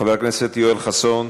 חבר הכנסת יואל חסון,